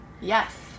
Yes